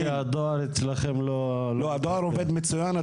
כנראה שהדואר אצלכם לא -- הדואר עובד מצוין,